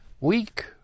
week